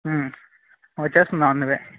వచ్చేస్తున్నా on the way